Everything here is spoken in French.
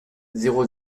zéro